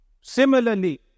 Similarly